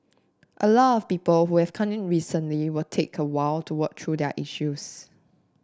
a lot of people who have come in recently will take a while to work through their issues